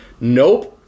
Nope